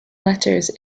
letters